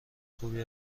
خوبی